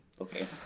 Okay